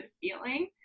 feeling